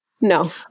No